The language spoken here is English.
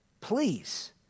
Please